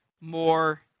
more